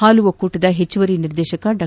ಹಾಲು ಒಕ್ಕೂಟದ ಹೆಚ್ಚುವರಿ ನಿರ್ದೇಶಕ ಡಾ